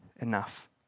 enough